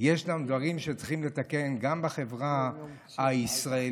יש דברים שצריכים לתקן גם בחברה הישראלית,